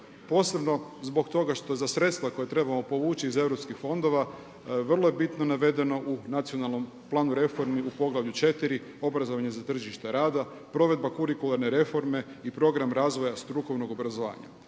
posebno zbog toga što za sredstva koja trebamo povući iz europskih fondova vrlo je bitno navedeno u nacionalnom planu reformi u Poglavlju 4. obrazovanje za tržište rada provedba kurikularne reforme i program razvoja strukovnog obrazovanja.